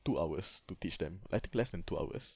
two hours to teach them I think less than two hours